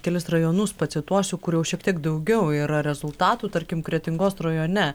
kelis rajonus pacituosiu kur jau šiek tiek daugiau yra rezultatų tarkim kretingos rajone